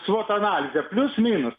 svot analizė plius minus